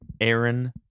Aaron